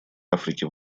африке